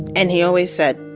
and he always said,